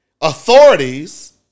authorities